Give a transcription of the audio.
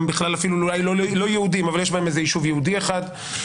אפילו לא יהודים אבל יש בהם יישוב יהודי אחד,